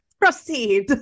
proceed